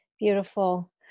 Beautiful